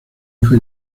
hijo